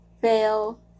fail